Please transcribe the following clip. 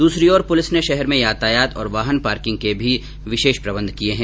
दूसरी ओर पुलिस ने शहर में यातायात और वाहन पार्किंग के भी विषेष प्रबंध किये हैं